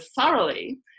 thoroughly